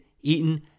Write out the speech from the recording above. eaten